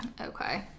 okay